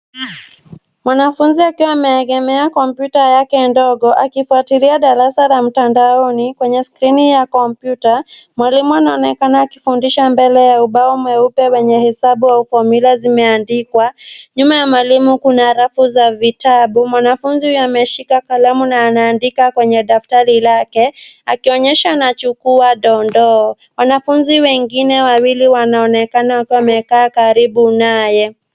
Mwanafunzi akiwa ameegemea kompyuta yake ndogo akifuatilia darasa la mtandaoni kwenye skirini ya kompyuta. Mwalimu anaonekana akifundisha mbele ya ubao mweupe wenye hesabu au fomyula zimeandikwa. Nyuma ya mwalimu kuna rafu za vitabu. Mwanafuzi huyu ameshika kalamu na anaandika kwenye daftari lake akionyesha anachukua dondoo. Wanafunzi wengine wawili wanaonekana wakiwa wamekaa karibu naye.